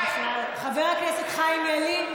חברי הכנסת חיים ילין,